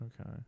Okay